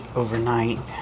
overnight